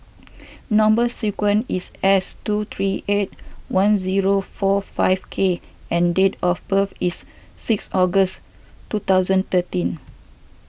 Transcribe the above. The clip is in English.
Number Sequence is S two three eight one zero four five K and date of birth is six August two thousand thirteen